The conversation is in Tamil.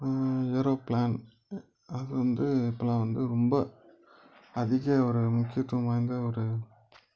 ஏரோப்ளான் அது வந்து இப்போலாம் வந்து ரொம்ப அதிகம் ஒரு முக்கியத்துவம் வாய்ந்த ஒரு